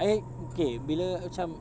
eh okay bila macam